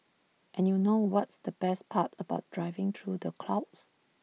and you know what's the best part about driving through the clouds